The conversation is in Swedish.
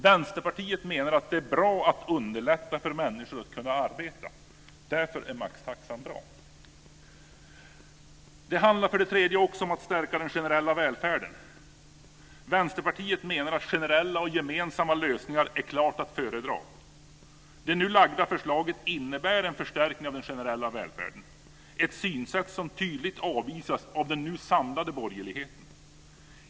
Vänsterpartiet menar att det är bra att underlätta för människor att kunna arbeta. Därför är maxtaxan bra! Det handlar för det tredje om att stärka den generella välfärden. Vänsterpartiet menar att generella och gemensamma lösningar klart är att föredra. Det nu lagda förslaget innebär en förstärkning av den generella välfärden - ett synsätt som tydligt avvisas av den samlade borgerligheten.